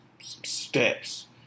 steps